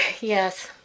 yes